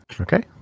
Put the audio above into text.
Okay